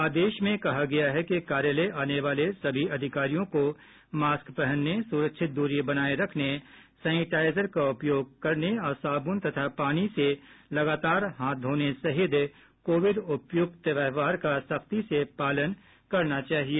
आदेश में कहा गया है कि कार्यालय आने वाले सभी अधिकारियों को मास्क पहनने सुरक्षित द्री बनाए रखने सैनिटाइजर का उपयोग करने और साबुन तथा पानी से लगातार हाथ धोने सहित कोविड उपयुक्त व्यवहार का सख्ती से पालन करना चाहिए